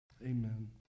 Amen